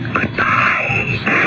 Goodbye